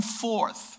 forth